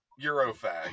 Eurofag